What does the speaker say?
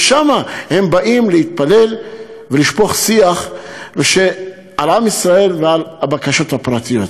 ושם הם באים להתפלל ולשפוך שיח על עם ישראל ועל הבקשות הפרטיות.